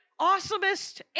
awesomest